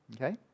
Okay